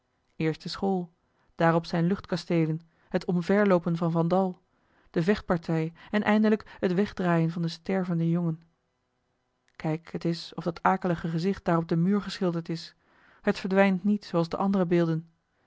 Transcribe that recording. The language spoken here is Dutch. eerst de school daarop zijne luchtkasteelen het omverloopen van van dal de vechtpartij en eindelijk het wegdragen van den stervenden jongen kijk t is of dat akelige gezicht daar op den muur geschilderd is het verdwijnt niet zooals de andere beelden